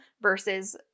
versus